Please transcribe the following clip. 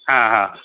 हां हां